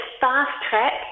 fast-track